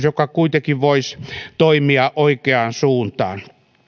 joka kuitenkin voisi toimia oikeaan suuntaan